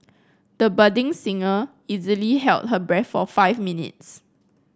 the budding singer easily held her breath for five minutes